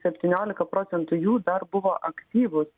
septyniolika procentų jų dar buvo aktyvūs